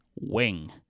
wing